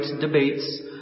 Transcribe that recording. debates